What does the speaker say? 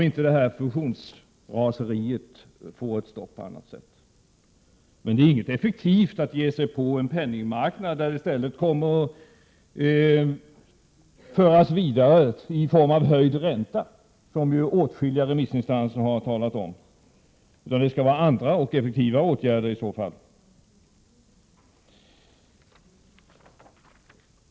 Men det är inte effektivt att ge sig på en penningmarknad, där följden kommer att bli höjd ränta, som åtskilliga remissinstanser har talat om, utan det är andra och effektiva åtgärder som måste vidtas.